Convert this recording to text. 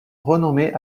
renommé